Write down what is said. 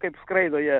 kaip skraido jie